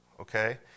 okay